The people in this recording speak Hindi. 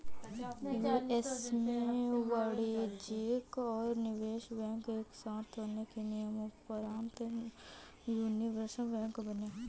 यू.एस में वाणिज्यिक और निवेश बैंक एक साथ होने के नियम़ोंपरान्त यूनिवर्सल बैंक बने